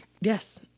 Yes